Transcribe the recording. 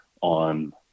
on